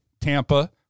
Tampa